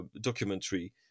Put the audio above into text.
documentary